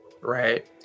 Right